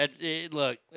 Look